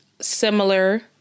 similar